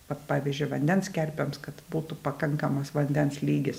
vat pavyzdžiui vandens kerpėms kad būtų pakankamas vandens lygis